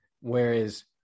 Whereas